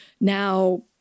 now